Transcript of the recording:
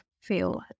feel